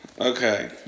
Okay